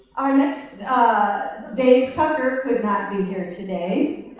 our next dave tucker could not be here today.